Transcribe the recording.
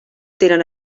tenen